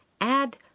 add